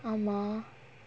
ஆமா:aamaa